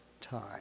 time